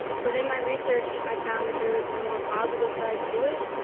but in my research i found that there is a more positive side to it.